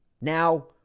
Now